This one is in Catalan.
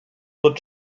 tot